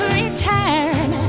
return